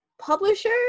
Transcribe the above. publisher